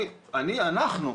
אנחנו,